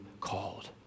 called